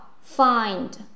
find